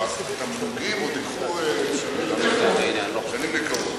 התמלוגים עוד ייקחו שנים ארוכות.